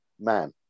man